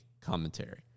commentary